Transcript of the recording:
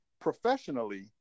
professionally